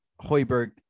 Hoiberg